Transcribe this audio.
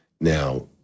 Now